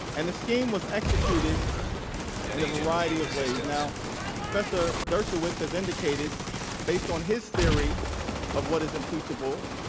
and this game was executed in a variety of ways now professor dershowitz is indicated based on his theory of what is impeachable